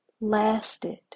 lasted